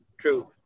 true